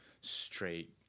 straight